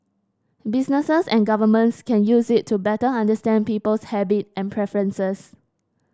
businesses and governments can use it to better understand people's habit and preferences